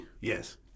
Yes